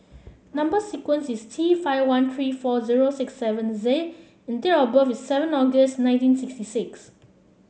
number sequence is T five one three four zero six seven Z and date of birth is seven August nineteen sixty six